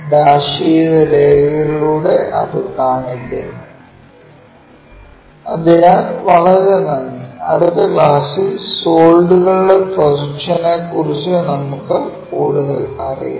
dash ചെയ്ത രേഖകളിലൂടെ ഇത് കാണിക്കുന്നു അതിനാൽ വളരെ നന്ദി അടുത്ത ക്ലാസ്സിൽ സോളിഡുകളുടെ പ്രൊജക്ഷനെക്കുറിച്ച് നമുക്ക് കൂടുതൽ അറിയാം